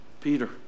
Peter